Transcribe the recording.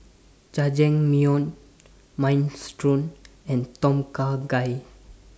Jajangmyeon Minestrone and Tom Kha Gai